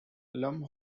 lum